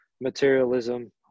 materialism